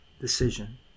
decision